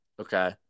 Okay